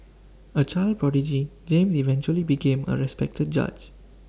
A child prodigy James eventually became A respected judge